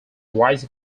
rise